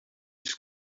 his